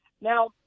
Now